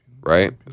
Right